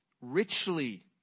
richly